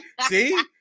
see